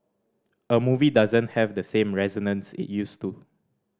a movie doesn't have the same resonance it used to